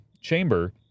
chamber